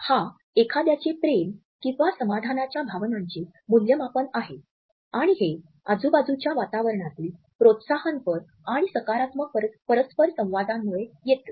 हा एखाद्याचे प्रेम किंवा समाधानाच्या भावनांचे मूल्यमापन आहे आणि हे आजूबाजूच्या वातावरणातील प्रोत्साहनपर आणि सकारात्मक परस्परसंवादामुळे येतो